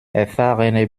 erfahrene